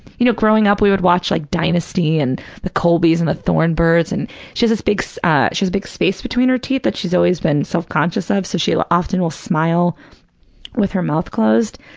you know, growing up we would watch like dynasty and the colbys and the thorn birds and she has this big, so ah she has a big space between her teeth that she's always been self-conscious of, so she like often will smile with her mouth closed,